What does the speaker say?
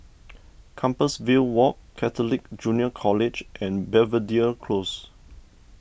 Compassvale Walk Catholic Junior College and Belvedere Close